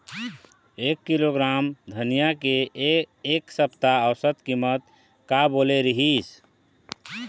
एक किलोग्राम धनिया के एक सप्ता औसत कीमत का बोले रीहिस?